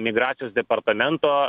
migracijos departamento